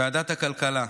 ועדת הכלכלה: